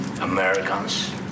Americans